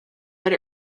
but